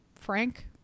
Frank